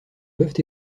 peuvent